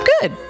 good